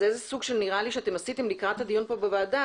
נראה לי שעשיתם לקראת הדיון בוועדה,